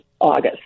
August